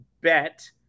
bet